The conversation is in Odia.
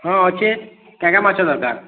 ହଁ ଅଛେ କେଜେ ମାଛ ଦରକାର୍